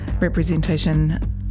representation